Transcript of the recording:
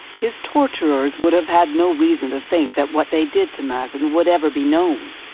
his torturers would have had no reason to think that what they did to mazen would ever be known.